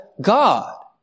God